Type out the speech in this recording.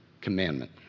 commandment